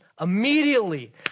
Immediately